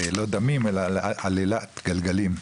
לא עלילת דמים אלא עלילת גלגלים.